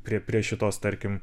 prie prie šitos tarkim